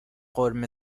قرمه